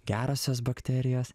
gerosios bakterijos